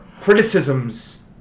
criticisms